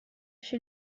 chez